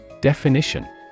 Definition